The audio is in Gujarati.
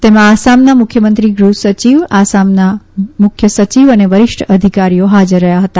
તેમાં આસામના મુખ્યમંત્રી ગૃહસચિવ આસામના મુખ્ય સચિવ અને વરીષ્ઠ અધિકારીઓ હાજર રહ્યા હતા